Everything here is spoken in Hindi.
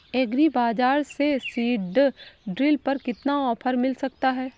एग्री बाजार से सीडड्रिल पर कितना ऑफर मिल सकता है?